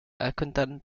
accountant